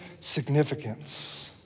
significance